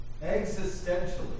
existentially